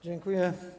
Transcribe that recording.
Dziękuję.